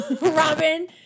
Robin